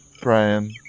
Brian